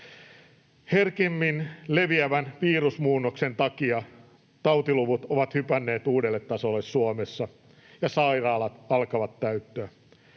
Herkemmin leviävän virusmuunnoksen takia tautiluvut ovat hypänneet uudelle tasolle Suomessa ja sairaalat alkavat täyttyä.